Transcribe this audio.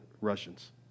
Russians